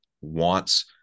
wants